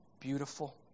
beautiful